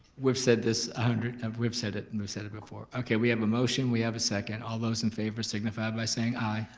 we've said this a hundred, and we've said it and we've said it before. okay we have a motion, we have a second, all those in favor signify by saying aye.